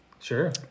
sure